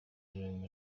doing